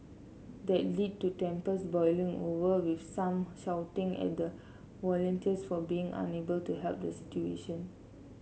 that lead to tempers boiling over with some shouting at the volunteers for being unable to help the situation